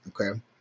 Okay